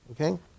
okay